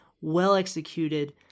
well-executed